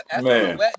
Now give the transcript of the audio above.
man